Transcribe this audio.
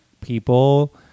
people